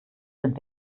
sind